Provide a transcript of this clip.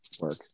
work